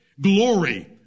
glory